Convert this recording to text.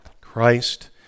Christ